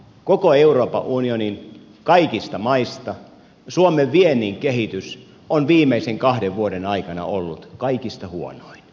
koko euroopan unionin kaikista maista suomen viennin kehitys on viimeisen kahden vuoden aikana ollut kaikista huonoin